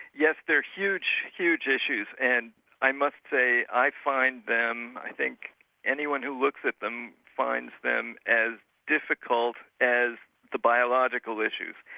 yes, they're huge huge issues. and i must say i find them, i think anyone who looks at them, finds them as difficult as the biological issues.